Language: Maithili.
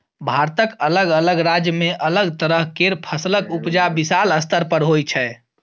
भारतक अलग अलग राज्य में अलग तरह केर फसलक उपजा विशाल स्तर पर होइ छै